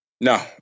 No